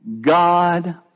God